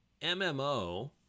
MMO